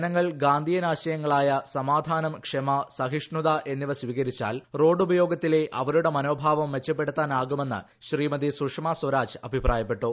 ജനങ്ങൾ ഗാന്ധിയൻ ആശയങ്ങളായ സമാധാനം ക്ഷമ സഹിഷ്ണുത എന്നിവ സ്വീകരിച്ചാൽ റോഡ് ഉപയോഗത്തിലെ അവരുടെ മനോഭാവം മെച്ചപ്പെടുത്താനാകുമെന്ന് ശ്രീമതി സുഷ്ടിമപ്പു സ്ഥരാജ് അഭിപ്രായപ്പെട്ടു